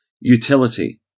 Utility